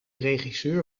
regisseur